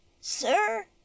Sir